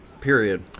period